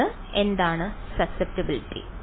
വിദ്യാർത്ഥി സസെപ്റ്റബിലിറ്റി